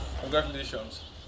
Congratulations